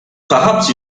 perhaps